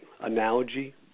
analogy